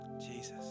Jesus